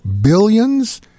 billions